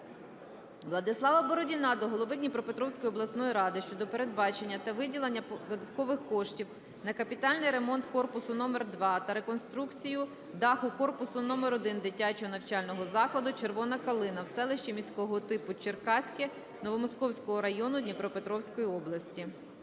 Владислава Бородіна до голови Дніпропетровської обласної ради щодо передбачення та виділення додаткових коштів на капітальний ремонт корпусу № 2 та реконструкцію даху корпусу № 1 дитячого навчального закладу "Червона калина" в селищі міського типу Черкаське Новомосковського району Дніпропетровської області.